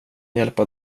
hjälpa